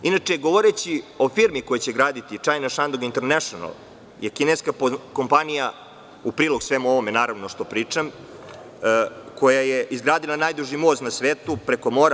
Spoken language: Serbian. Inače, govoreći o firmi koja će graditi, China Shandong International je kineska kompanija, u prilog svemu ovome što pričam, koja je izgradila najduži most na svetu preko mora.